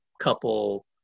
couple